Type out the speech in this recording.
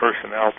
personnel